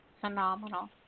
phenomenal